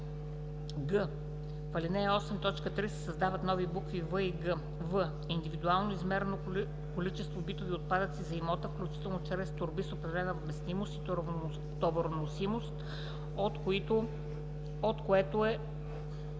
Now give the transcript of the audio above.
В ал. 8, т. 3 се създават нови букви „в“ и „г“: ,,в) индивидуално измерено количество битови отпадъци за имота, включително чрез торби с определена вместимост и товароносимост, от което е